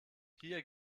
hier